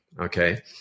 Okay